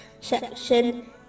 section